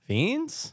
Fiends